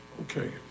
Okay